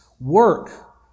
work